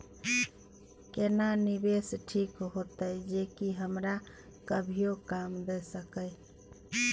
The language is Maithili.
केना निवेश ठीक होते जे की हमरा कभियो काम दय सके?